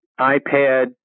iPad